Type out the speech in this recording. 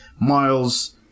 Miles